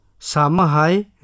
Samahai